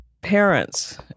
parents